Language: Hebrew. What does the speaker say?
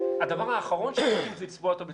הדבר האחרון שצריך זה לצבוע אותם בצבע.